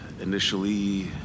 initially